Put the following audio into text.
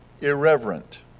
irreverent